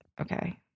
okay